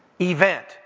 event